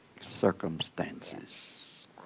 Circumstances